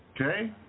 Okay